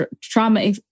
trauma